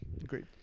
Agreed